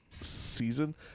season